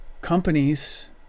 companies